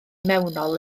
mewnol